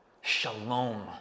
Shalom